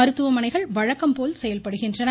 மருத்துவமனைகள் வழக்கம் போல் செயல்படுகின்றன